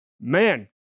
man